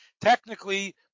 technically